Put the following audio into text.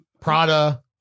Prada